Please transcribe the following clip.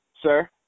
sir